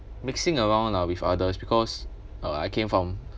mixing around lah with others because uh I came from